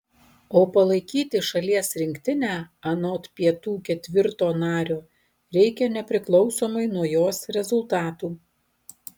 o palaikyti šalies rinktinę anot pietų iv nario reikia nepriklausomai nuo jos rezultatų